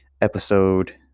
episode